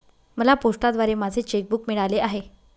मला पोस्टाद्वारे माझे चेक बूक मिळाले आहे